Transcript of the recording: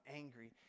angry